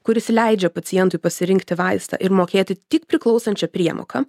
kuris leidžia pacientui pasirinkti vaistą ir mokėti tik priklausančią priemoką